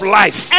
life